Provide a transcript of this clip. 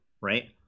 right